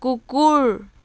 কুকুৰ